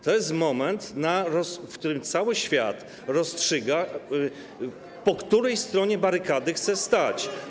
To jest moment, w którym cały świat rozstrzyga, po której stronie barykady chce stać.